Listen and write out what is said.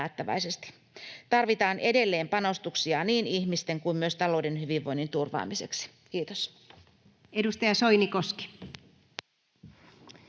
Tarvitaan edelleen panostuksia niin ihmisten kuin myös talouden hyvinvoinnin turvaamiseksi. — Kiitos. Edustaja Soinikoski. Arvoisa